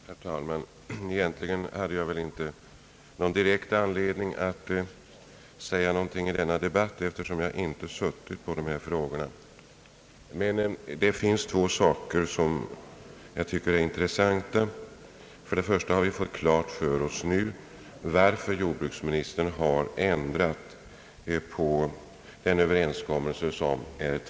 Herr talman! Egentligen hade jag väl inte direkt anledning att säga någonting i denna debatt eftersom jag inte varit med om utskottsbehandlingen, men det finns två saker som jag tycker är intressanta. Först och främst har vi nu fått klart för oss varför jordbruksministern ändrat på den träffade överenskommelsen.